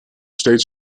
steeds